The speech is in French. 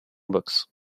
boxe